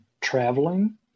traveling